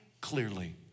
clearly